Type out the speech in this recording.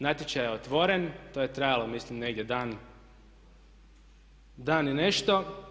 Natječaj je otvoren, to je trajalo mislim negdje dan, dan i nešto.